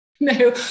no